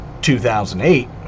2008